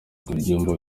ibyumba